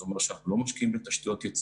זה אומר שאנחנו לא משקיעים בתשתיות ייצור,